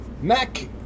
Mac